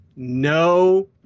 No